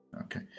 Okay